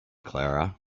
clara